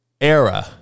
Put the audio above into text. era